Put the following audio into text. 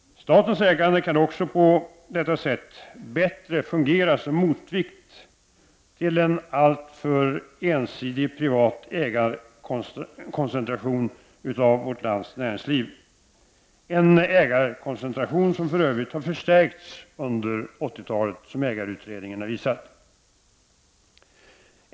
Statens ägande kan också på detta sätt bättre fungera som motvikt till en alltför ensidig privat ägarkoncentration av vårt lands näringsliv. Det är en ägarkoncentration som för övrigt har förstärkts under 80-talet, vilket ägarutredningen har visat.